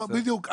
בדיוק.